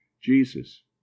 Jesus